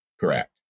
Correct